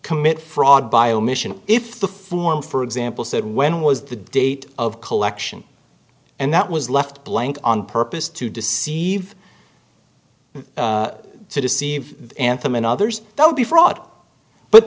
commit fraud by omission if the form for example said when was the date of collection and that was left blank on purpose to deceive to deceive anthem and others that would be fraud but